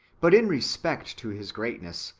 but in re spect to his greatness,